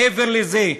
מעבר לזה,